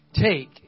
Take